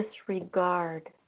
disregard